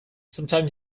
sometimes